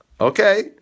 Okay